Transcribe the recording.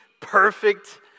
perfect